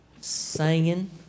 singing